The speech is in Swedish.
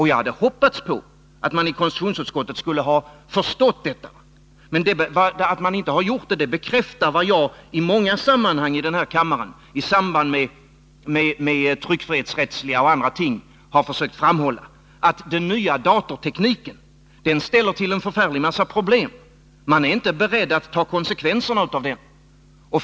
Jag hade hoppats på att man i konstitutionsutskottet skulle ha förstått detta, men att man inte har gjort det bekräftar vad jag har försökt framhålla här i kammaren i många sammanhang, i samband med tryckfrihetsrättsliga och andra ting, att den nya datatekniken ställer till en förfärlig massa problem. Man är inte beredd att ta konsekvenserna av den.